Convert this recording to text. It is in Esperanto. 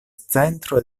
centro